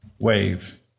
wave